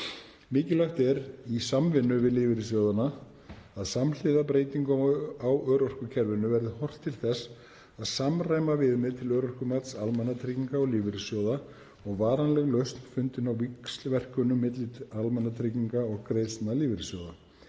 Mikilvægt er í samvinnu við lífeyrissjóðina að samhliða breytingum á örorkukerfinu verði horft til þess að samræma viðmið til örorkumats almannatrygginga og lífeyrissjóða og varanleg lausn fundin á víxlverkunum milli almannatrygginga og greiðslna lífeyrissjóða.